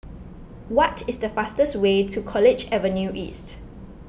what is the fastest way to College Avenue East